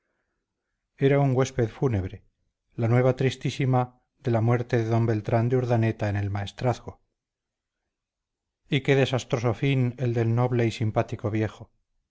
era un huésped fúnebre la nueva tristísima de la muerte de d beltrán de urdaneta en el maestrazgo y qué desastroso fin el del noble y simpático viejo